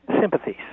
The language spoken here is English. sympathies